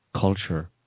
culture